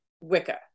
Wicca